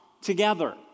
together